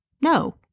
No